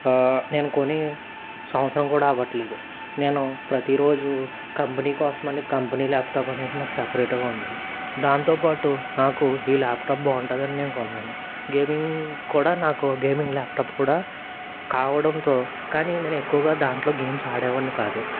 నేను కొని సంవత్సరం గూడా అవ్వట్లేదు నేను ప్రతీరోజు కంపెనీ కోసం అని కంపెనీ ల్యాప్టప్ అనేది నాకు సపరేట్గా ఉంది దాంతోపాటు నాకు ఈ ల్యాప్టప్ బావుంటాదని నేను కొన్నాను గేమింగ్ కూడా నాకు గేమింగ్ ల్యాప్టాప్ కూడా కావడంతో కానీ నేను ఎక్కువగా దాంట్లో గేమ్స్ ఆడేవాడిని కాదు